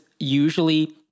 usually